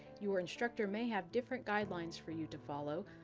your instructor may have different guidelines for you to follow.